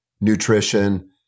nutrition